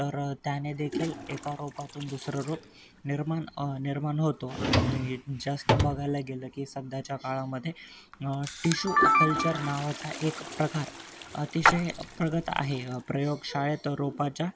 तर त्यानेदेखील एका रोपातून दुसरं रोप निर्माण निर्माण होतो आणि जास्त बघायला गेलं की सध्याच्या काळामध्ये टिशू कल्चर नावाचा एक प्रकार अतिशय प्रगत आहे प्रयोग शाळेत रोपाच्या